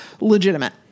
legitimate